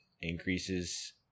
increases